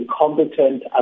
competent